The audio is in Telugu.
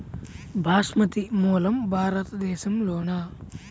బాస్మతి మూలం భారతదేశంలోనా?